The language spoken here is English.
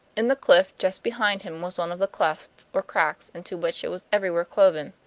in the cliff just behind him was one of the clefts or cracks into which it was everywhere cloven.